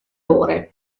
ore